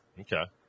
Okay